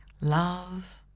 Love